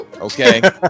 okay